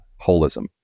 holism